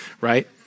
Right